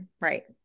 right